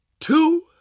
two